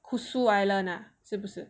Kusu Island ah